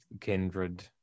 kindred